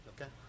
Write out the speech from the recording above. Okay